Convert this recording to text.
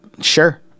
sure